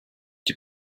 die